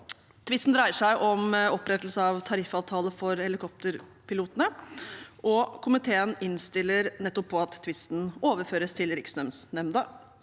Tvisten dreier seg om opprettelse av tariffavtale for helikopterpilotene, og komiteen innstiller nettopp på at tvisten overføres til Rikslønnsnemnda